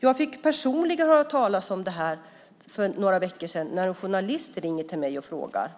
Jag fick personligen höra talas om detta för några veckor sedan när en journalist ringde till mig och ställde frågor.